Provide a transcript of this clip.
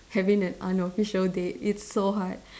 having an unofficial date it's so hard